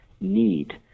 need